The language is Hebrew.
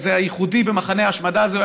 הייחודי במחנה ההשמדה הזה,